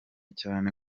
cyane